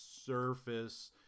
surface